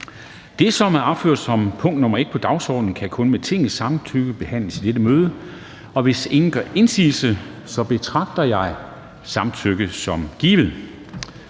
Det, som er opført under punkt 1 på dagsordenen, kan kun med Tingets samtykke behandles i dette møde. Hvis ingen gør indsigelse, betragter jeg samtykket som givet.